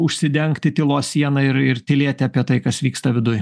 užsidengti tylos siena ir ir tylėti apie tai kas vyksta viduj